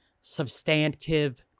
substantive